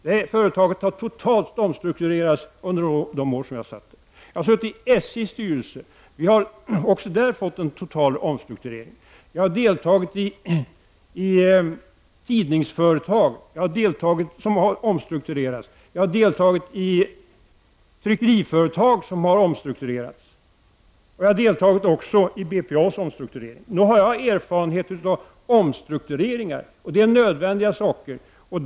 Det företaget omstrukturerades totalt under mina år där. Vidare har jag ingått i SJs styrelse. Också det företaget har undergått total omstrukturering. Vidare har jag ingått i styrelsen för tidningsföretag som också har omstrukturerats. Detsamma gäller i tryckeriföretag som har omstrukturerats. Dessutom har jag medverkat till BPAs omstrukturering. Nog har jag erfarenhet av omstruktureringar, och sådana är ofta nödvändiga.